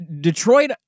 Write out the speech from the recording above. Detroit